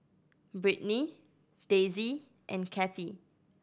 Brittny Daisey and Cathi